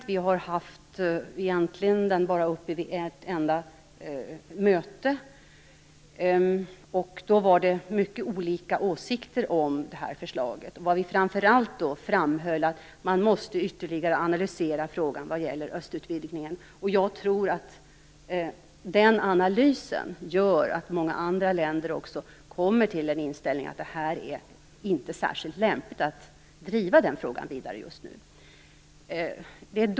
Egentligen har vi haft den uppe bara på ett enda möte och då fanns det mycket olika åsikter om förslaget. Vad vi framför allt framhöll var att man måste ytterligare analysera frågan om östutvidgningen. Jag tror att den analysen gör att också många andra länder kommer fram till inställningen att det inte är särskilt lämpligt att just nu driva den frågan vidare.